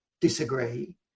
disagree